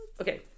okay